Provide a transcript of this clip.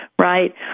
right